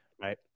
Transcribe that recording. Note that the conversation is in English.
Right